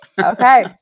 Okay